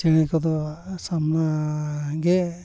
ᱪᱮᱬᱮ ᱠᱚᱫᱚ ᱥᱟᱢᱱᱟ ᱜᱮ